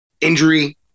injury